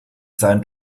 seinen